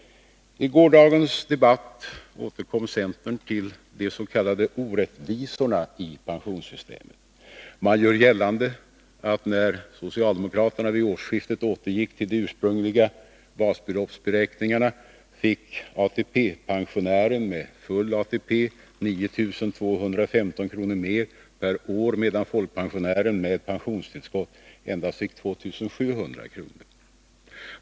I gårdagens debatt återkom centern till de s.k. orättvisorna i pensionssystemet. Man gör gällande att när socialdemokraterna vid årsskiftet återgick till de ursprungliga basbeloppsberäkningarna fick ATP-pensionären med full ATP 9 215 kr. mer per år — medan folkpensionären med pensionstillskott endast fick 2 700 kr.